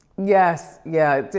yes, yeah,